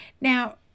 now